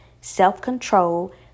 self-control